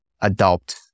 adopt